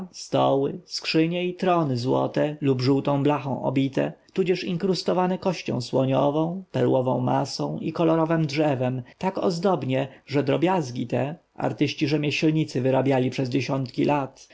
stoły skrzynie i trony złote lub złotą blachą obite tudzież inkrustowane kością słoniową perłową masą i kolorowem drzewem tak ozdobnie że drobiazgi te artyści-rzemieślnicy wyrabiali przez dziesiątki lat